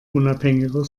unabhängiger